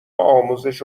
آموزش